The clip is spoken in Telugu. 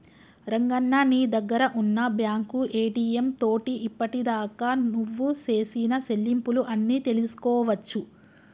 రంగన్న నీ దగ్గర ఉన్న బ్యాంకు ఏటీఎం తోటి ఇప్పటిదాకా నువ్వు సేసిన సెల్లింపులు అన్ని తెలుసుకోవచ్చు